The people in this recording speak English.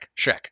Shrek